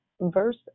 verse